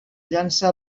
llança